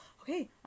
okay